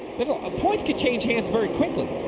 points can change hands very quickly.